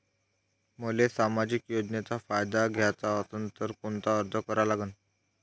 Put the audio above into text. मले सामाजिक योजनेचा फायदा घ्याचा असन त कोनता अर्ज करा लागन?